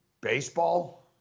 baseball